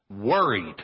worried